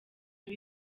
ibi